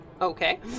Okay